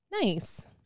Nice